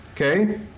Okay